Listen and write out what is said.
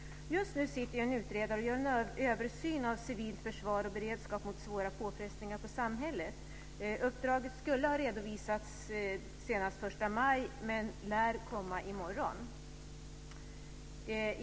Just nu sitter en utredare och gör en översyn av civilt försvar och beredskap mot svåra påfrestningar på samhället. Uppdraget skulle ha redovisats senast den 1 maj men lär komma i morgon.